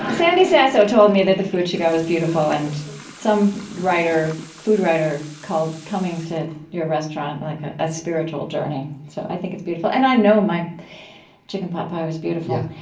sandy sasso told me that the food she got was beautiful, and some food writer called coming to your restaurant like a spiritual journey. so i think it's beautiful, and i know my chicken pot pie was beautiful.